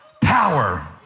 power